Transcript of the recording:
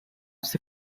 ser